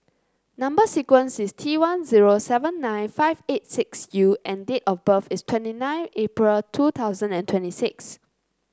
number sequence is T one zero seven nine five eight six U and date of birth is twenty nine April two thousand and twenty six